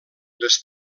les